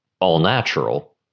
all-natural